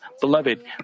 beloved